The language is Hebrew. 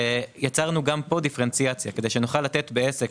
יצרנו גם פה דיפרנציאציה כדי שנוכל לתת בעסק.